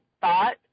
thought